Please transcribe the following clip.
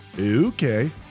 Okay